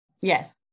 Yes